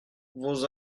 vous